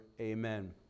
Amen